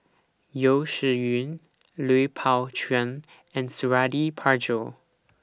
Yeo Shih Yun Lui Pao Chuen and Suradi Parjo